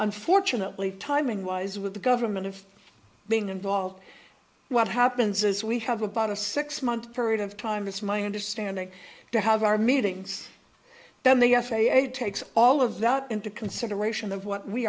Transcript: unfortunately timing wise with the government of being involved what happens as we have about a six month period of time it's my understanding to have our meetings then the f a a takes all of that into consideration of what we